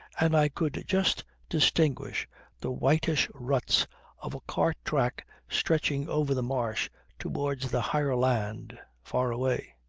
and i could just distinguish the whitish ruts of a cart track stretching over the marsh towards the higher land, far away.